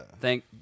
thank